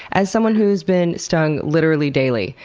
as someone who's been stung literally daily,